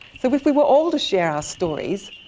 so if we were all to share our stories,